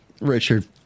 Richard